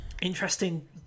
Interesting